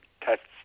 tests